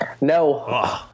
No